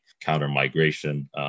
counter-migration